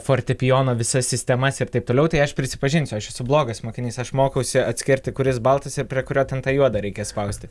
fortepijono visas sistemas ir taip toliau tai aš prisipažinsiu aš esu blogas mokinys aš mokausi atskirti kuris baltas ir prie kurio ten tą juodą reikia spausti